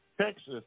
Texas